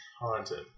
haunted